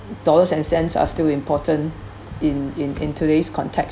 dollars and cents are still important in in in today's context